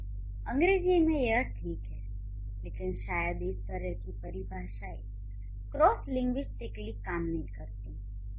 तो अंग्रेजी में यह ठीक है लेकिन शायद इस तरह की परिभाषाएँ क्रॉस लिंग्विस्टिकली काम नहीं करतीं